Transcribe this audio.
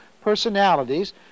personalities